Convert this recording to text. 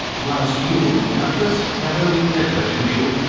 while so you, doubtless, have only pleasure in view.